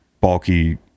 bulky